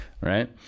Right